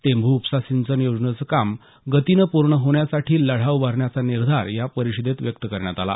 टेंभू उपसा सिंचन योजनेचं काम गतीनं पूर्ण होण्यासाठी लढा उभारण्याचा निर्धार या परिषदेत व्यक्त करण्यात आला